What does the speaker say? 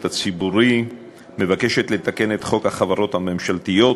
הציבורי מבקשת לתקן את חוק החברות הממשלתיות